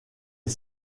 est